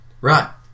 Right